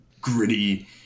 gritty